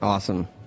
Awesome